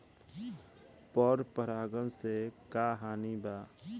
पर परागण से का हानि बा?